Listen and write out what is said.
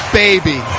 baby